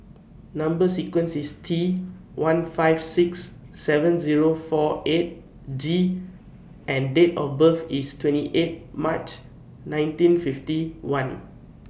Number sequence IS T one five six seven Zero four eight G and Date of birth IS twenty eight March nineteen fifty one